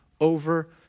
over